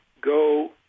go